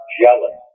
jealous